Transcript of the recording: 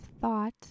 thought